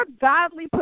godly